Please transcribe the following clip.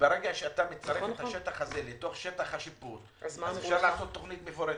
ברגע שמצרפים את השטח הזה אל תוך שטח השיפוט אפשר לעשות תוכנית מפורטת.